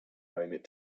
moment